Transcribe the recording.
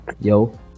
Yo